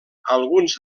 alguns